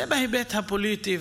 זה בהיבט הפוליטי.